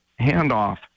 handoff